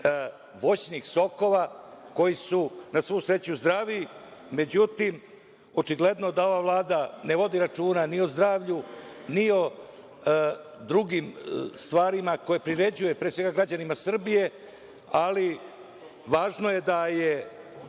voćnih sokova koji su na svu sreću zdravi. Međutim, očigledno da ova Vlada ne vodi računa ni o zdravlju, ni o drugim stvarima koje priređuje pre svega građanima Srbije, ali važno je da je